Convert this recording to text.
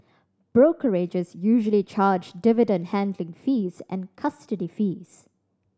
brokerages usually charge dividend handling fees and custody fees